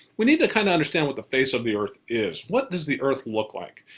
we need to kinda understand what the face of the earth is. what does the earth look like?